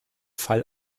fall